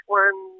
one